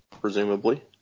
presumably